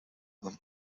them